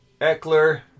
Eckler